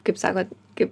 kaip sakot kaip